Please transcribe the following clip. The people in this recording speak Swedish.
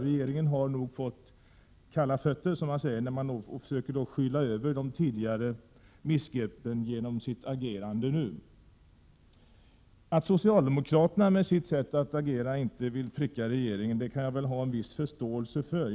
Regeringen har nog fått kalla fötter och försöker skyla över tidigare missgrepp genom sitt agerande nu. Att socialdemokraterna inte vill pricka regeringen kan jag ha förståelse för.